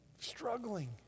struggling